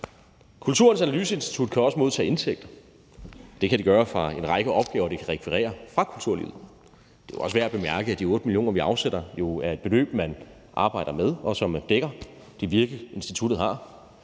Kulturens Analyseinstitut kan også modtage indtægter. Det kan det gøre fra en række opgaver, det kan rekvirere fra kulturlivet. Det er også værd at bemærke, at de 8 mio. kr., vi afsætter, er et beløb, som man arbejder med, og som dækker det virke, som instituttet har.